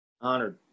Honored